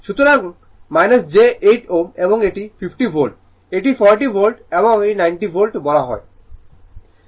সুতরাং j 8 Ω এবং এটি 50 ভোল্ট এটি 40 ভোল্ট এবং এটি 90 ভোল্ট বলা হয় Ω